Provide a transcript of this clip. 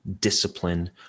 discipline